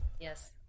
Yes